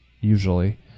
usually